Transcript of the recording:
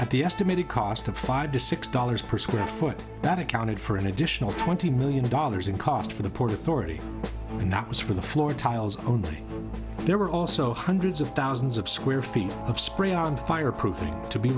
at the estimated cost of five to six dollars per square foot that accounted for an additional twenty million dollars in cost for the port authority and that was for the floor tiles only there were also hundreds of thousands of square feet of spray on fireproofing to be